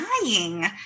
dying